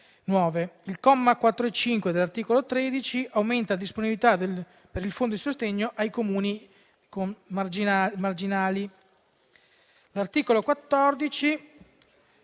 I commi 4 e 5 dell'articolo 13 aumentano la disponibilità del Fondo di sostegno per i Comuni marginali. L'articolo 14